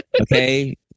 Okay